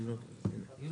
בכיר